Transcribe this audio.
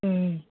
ಹ್ಞೂ